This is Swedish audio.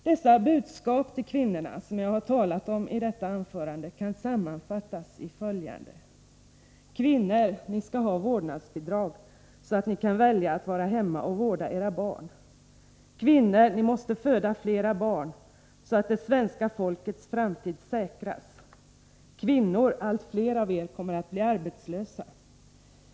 Dessa budskap till kvinnorna, som jag har talat om i detta anförande, kan sammanfattas i följande: Kvinnor, ni skall ha vårdnadsbidrag, så att ni kan välja att vara hemma och vårda era barn. Kvinnor, ni måste föda flera barn, så att det svenska folkets framtid säkras. Kvinnor, allt fler av er kommer att bli arbetslösa.